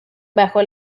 bajo